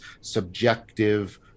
subjective